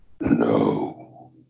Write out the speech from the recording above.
no